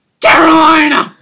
Carolina